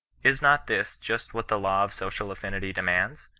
is not this just what the law of social affi nity demands?